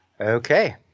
Okay